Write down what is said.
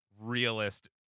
realist